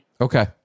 Okay